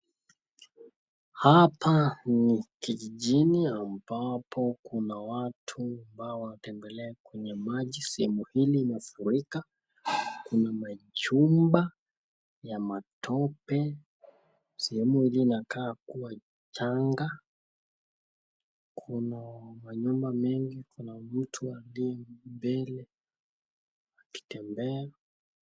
Hapa ni kijijini ambapo kuna watu ambao wanatembelea kwenye maji sehemu hili imefurika, kuna majumba ya matope. Sehemu hii inakaa kuwa changa, kuna manyumba mengi, kuna mtu aliye mbele akitembea.